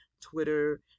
Twitter